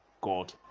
God